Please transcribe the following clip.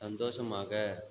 சந்தோஷமாக